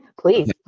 please